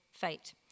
fate